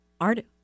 art